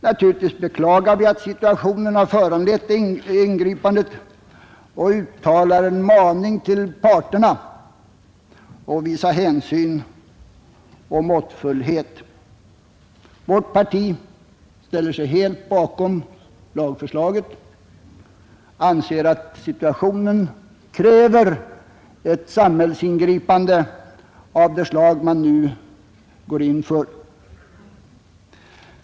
Naturligtvis beklagar vi att situationen har föranlett det ingripandet och uttalar en maning till parterna att visa hänsyn och måttfullhet. Centerpartiet ställer sig helt bakom lagförslaget och anser att situationen kräver ett samhällsingripande av det slag regeringen nu går in för.